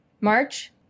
March